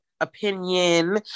Opinion